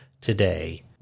today